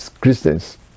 Christians